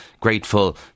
grateful